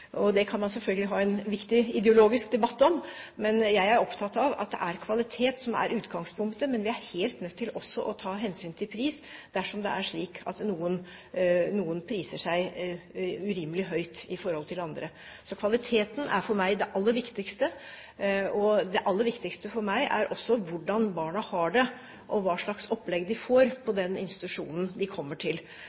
og forutsigbare runder på hvordan disse anbudene foregår. Det kan man selvfølgelig ha en viktig ideologisk debatt om. Jeg er opptatt av at det er kvalitet som er utgangspunktet, men vi er også helt nødt til å ta hensyn til pris, dersom det er slik at noen priser seg urimelig høyt i forhold til andre. Så kvaliteten er for meg det aller viktigste. Det aller viktigste for meg er også hvordan barna har det, og hva slags opplegg de får på den institusjonen de kommer til.